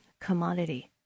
commodity